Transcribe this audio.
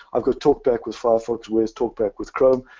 i've got talkback with firefox, where's talkback with chrome?